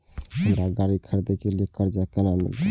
हमरा गाड़ी खरदे के लिए कर्जा केना मिलते?